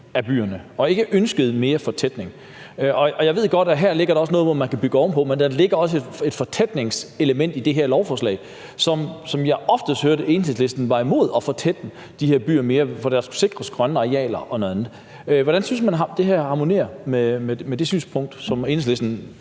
af byerne, man ønskede ikke mere fortætning. Jeg ved godt, at her ligger der også noget, hvor man kan bygge ovenpå, men der ligger også et fortætningselement i det her lovforslag, som jeg ofte hørte Enhedslisten var imod, fordi der skulle sikres grønne arealer og andet. Hvordan synes ordføreren at det her harmonerer med det synspunkt, som jeg ved Enhedslisten